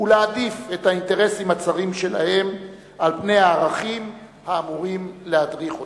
ולהעדיף את האינטרסים הצרים שלהן על פני הערכים האמורים להדריך אותן.